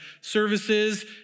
services